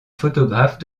photographes